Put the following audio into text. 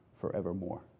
forevermore